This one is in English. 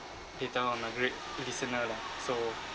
they tell I'm a great listener lah so